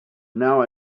now